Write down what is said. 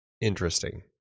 interesting